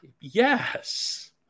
Yes